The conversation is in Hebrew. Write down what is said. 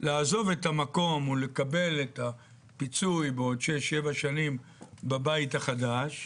לעזוב את המקום או לקבל את הפיצוי בעוד 6-7 שנים בבית החדש,